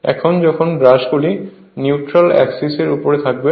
এখন যখন ব্রাশ গুলি নিউট্রাল অক্সিস এর উপরে থাকবে